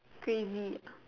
crazy